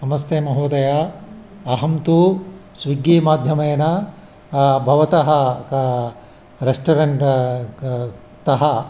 नमस्ते महोदय अहं तु स्विग्गि माध्यमेन भवतः का रेस्टरेण्ट् क् तः